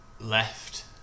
left